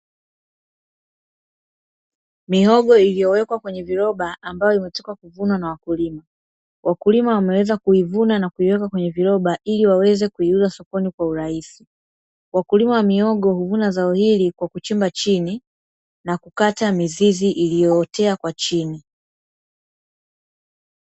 Mihogo iliyowekwa kwenye viroba ambayo imetoka kuvunwa na wakulima, wakulima wameweza kuivuna na kuiweka kwenye viroba ili waweze kuiuza sokoni kwa urahisi, wakulima wa mihogo huvuna zao hili kwa kuchimba chini na kukata mizizi iliyootea kwa chini.